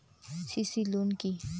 CC loan কি?